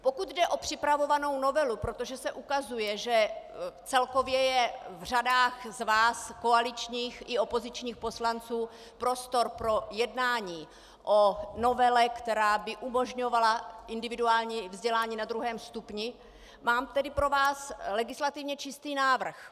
Pokud jde o připravovanou novelu, protože se ukazuje, že celkově je v řadách z vás koaličních i opozičních poslanců prostor pro jednání o novele, která by umožňovala individuální vzdělávání na druhém stupni, mám tedy pro vás legislativně čistý návrh.